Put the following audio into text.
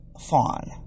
fawn